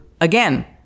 again